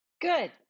Good